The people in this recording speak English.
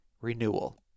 renewal